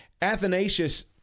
Athanasius